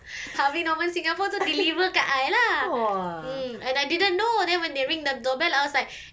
Harvey Norman singapore tu deliver kat I lah mm and I didn't know then when they ring the doorbell I was like